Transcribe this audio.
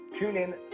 TuneIn